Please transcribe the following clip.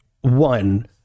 One